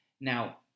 Now